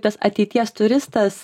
tas ateities turistas